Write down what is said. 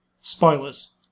spoilers